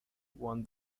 won